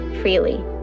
freely